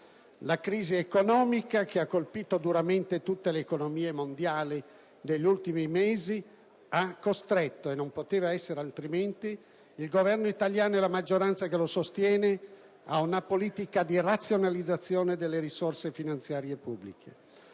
La crisi economica che ha colpito duramente tutte le economie mondiali negli ultimi mesi ha costretto - e non poteva essere altrimenti - il Governo italiano e la maggioranza che lo sostiene ad una politica di razionalizzazione delle risorse finanziarie pubbliche,